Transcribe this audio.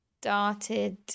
started